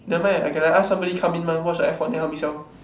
never mind I can like ask someone come in mah watch the F one then help me sell